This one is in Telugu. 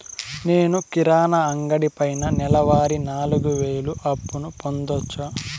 నేను కిరాణా అంగడి పైన నెలవారి నాలుగు వేలు అప్పును పొందొచ్చా?